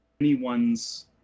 anyone's